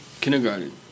Kindergarten